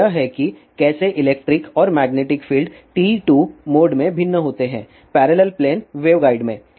तो यह है कि कैसे इलेक्ट्रिक और मैग्नेटिक फील्ड TE2 मोड में भिन्न होते हैं पैरेलल प्लेन वेवगाइड में